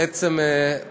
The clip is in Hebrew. בעצם, פורנוגרפיה.